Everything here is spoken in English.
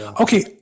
Okay